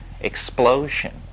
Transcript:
explosion